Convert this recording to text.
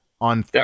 on